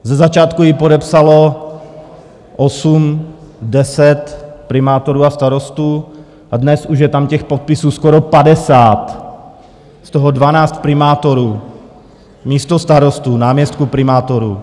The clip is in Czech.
Ze začátku ji podepsalo osm, deset primátorů a starostů a dnes už je tam těch podpisů skoro padesát, z toho dvanáct primátorů, místostarostů, náměstků primátorů.